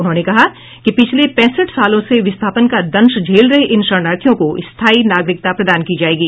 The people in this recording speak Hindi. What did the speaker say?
उन्होंने कहा कि पिछले पैंसठ सालों से विस्थापन का दंश झेल रहे इन शरणार्थियों को स्थाई नागरिकता प्रदान की जाएगी